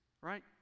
right